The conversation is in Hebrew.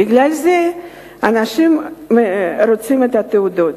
בגלל זה אנשים רוצים את התעודות.